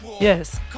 Yes